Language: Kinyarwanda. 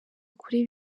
ukuri